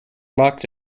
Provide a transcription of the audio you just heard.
locked